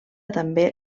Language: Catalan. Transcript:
també